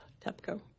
TEPCO